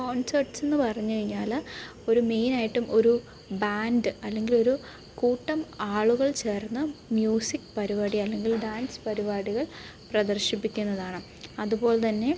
കോൺസേട്സെന്ന് പറഞ്ഞുകഴിഞ്ഞാൽ ഒരു മെയ്നായിട്ടും ഒരു ബാൻഡ് അല്ലെങ്കിലൊരു കൂട്ടം ആളുകൾ ചേർന്ന് മ്യൂസിക് പരിപാടി അല്ലെങ്കിൽ ഡാൻസ് പരിപാടികൾ പ്രദർശിപ്പിക്കുന്നതാണ് അതുപോലെത്തന്നെ